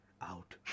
Out